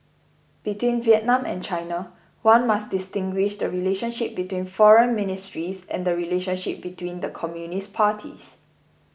between Vietnam and China one must distinguish the relationship between foreign ministries and the relationship between the communist parties